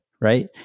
right